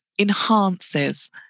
enhances